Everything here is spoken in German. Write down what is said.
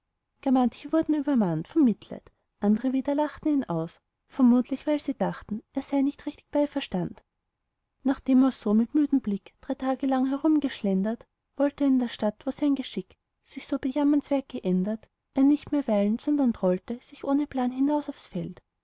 gar manche wurden übermannt von mitleid andre wieder lachten ihn aus vermutlich weil sie dachten er sei nicht richtig bei verstand nachdem er so mit müdem blick drei tage lang herumgeschlendert wollt in der stadt wo sein geschick sich so bejammernswert geändert er nicht mehr weilen sondern trollte sich ohne plan hinaus aufs feld